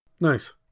nice